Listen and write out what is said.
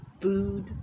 food